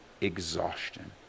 exhaustion